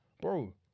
bro